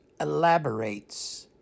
elaborates